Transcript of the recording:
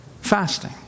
Fasting